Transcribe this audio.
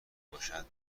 باشد